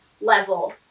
level